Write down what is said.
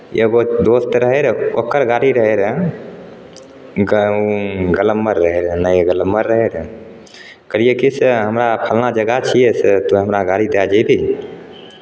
एगो दोस्त रहै रहए ओकर गाड़ी रहै रहए ग ग्लम्बर रहै रहए नये ग्लम्बर रहै रहए कहलियै की से हमरा फल्लाँ जगह छियै से तुए हमरा गाड़ी दए जयबिही